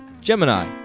Gemini